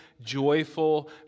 joyful